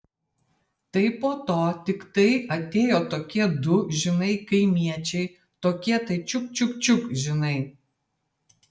tai po to tiktai atėjo tokie du žinai kaimiečiai tokie tai čiuk čiuk čiuk žinai